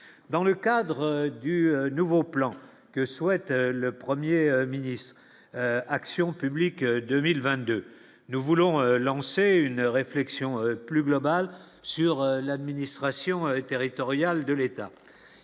dans le cadre du nouveau plan que souhaite le 1er ministre action publique. 2022, nous voulons lancer une réflexion plus globale sur l'administration territoriale de l'État,